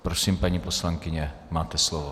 Prosím, paní poslankyně, máte slovo.